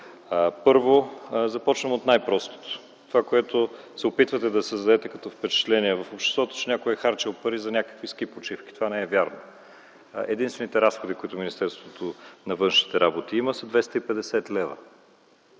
Първо започвам от това, което се опитвате да създадете като впечатление в обществото, че някой е харчил пари за някакви ски почивки. Това не е вярно. Единствените разходи, които има Министерството на външните работи, са 250 лева.